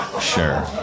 Sure